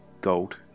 gold